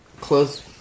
close